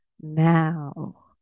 Now